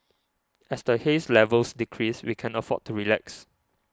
as the haze levels decrease we can afford to relax